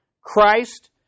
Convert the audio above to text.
Christ